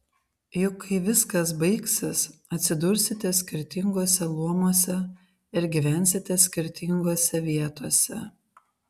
juk kai viskas baigsis atsidursite skirtinguose luomuose ir gyvensite skirtingose vietose